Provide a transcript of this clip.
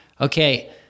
Okay